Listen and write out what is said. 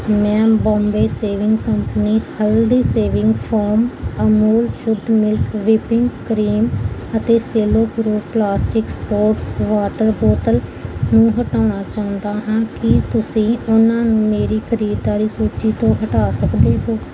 ਮੈਂ Bombay shaving company haldi shaving foam Amul Shuddh milk whipping cream ਅਤੇ Cello Puro plastic sports water bottle ਨੂੰ ਹਟਾਉਣਾ ਚਾਹੁੰਦਾ ਹਾਂ ਕੀ ਤੁਸੀਂ ਉਨ੍ਹਾਂ ਨੂੰ ਮੇਰੀ ਖਰੀਦਦਾਰੀ ਸੂਚੀ ਤੋਂ ਹਟਾ ਸਕਦੇ ਹੋ